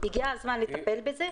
הגיע הזמן לטפל בזה.